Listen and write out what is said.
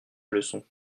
leçon